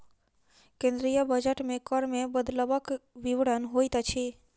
केंद्रीय बजट मे कर मे बदलवक विवरण होइत अछि